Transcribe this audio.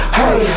hey